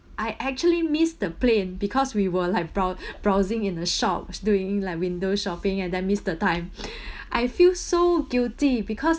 I actually miss the plane because we were like brow~ browsing in a shop doing like window shopping and then miss the time I feel so guilty because